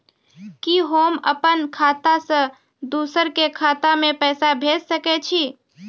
कि होम अपन खाता सं दूसर के खाता मे पैसा भेज सकै छी?